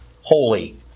holy